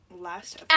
last